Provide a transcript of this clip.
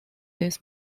this